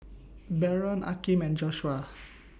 Baron Akeem and Joshua